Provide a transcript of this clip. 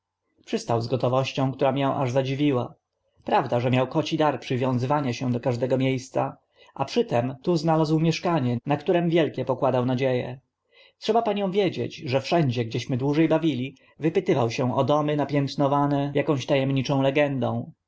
przystał z gotowością która mię aż zadziwiła prawda że miał koci dar przywiązywania się do każdego mie sca a przy tym tu znalazł mieszkanie na którym wielkie pokładał nadzie e trzeba paniom wiedzieć że piętno wszędzie gdzieśmy dłuże bawili wypytywał się o domy napiętnowane akąś ta emniczą legendą